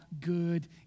good